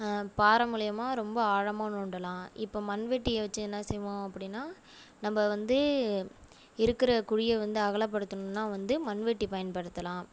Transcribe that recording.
பாரை மூலிமா ரொம்ப ஆழமாக நோண்டலாம் இப்போ மண்வெட்டியை வச்சு என்ன செய்வோம் அப்படின்னா நம்ம வந்து இருக்கிற குழியை வந்து அகலப்படுத்துணும்னால் வந்து மண்வெட்டி பயன்படுத்தலாம்